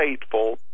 faithful